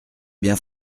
bien